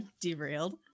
derailed